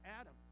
Adam